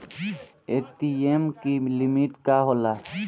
ATM की limit का होला?